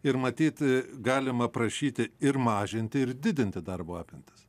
ir matyt galima prašyti ir mažinti ir didinti darbo apimtis